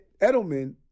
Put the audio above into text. Edelman